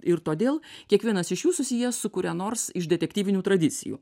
ir todėl kiekvienas iš jų susijęs su kuria nors iš detektyvinių tradicijų